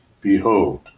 Behold